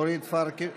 אורית פרקש.